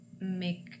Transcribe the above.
make